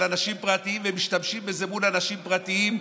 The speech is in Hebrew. אנשים פרטיים ושהם משתמשים בזה מול אנשים פרטיים,